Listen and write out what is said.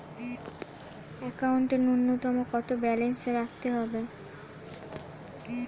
একাউন্টে নূন্যতম কত ব্যালেন্স রাখতে হবে?